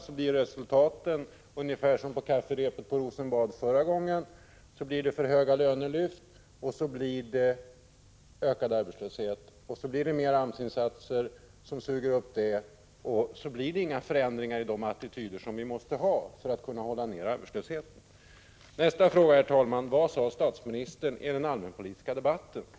Då blir resultatet ungefär som på kafferepet på Rosenbad förra gången, så blir det för höga lönelyft, och så blir det ökad arbetslöshet, och så blir det mera AMS-insatser som suger upp detta, och så blir det inga sådana förändringar av attityder som vi måste ha för att kunna hålla nere arbetslösheten. Herr talman! Nästa fråga: Vad sade statsministern i den allmänpolitiska debatten?